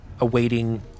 awaiting